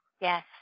Yes